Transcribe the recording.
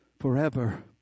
forever